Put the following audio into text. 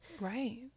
Right